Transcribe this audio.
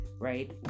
right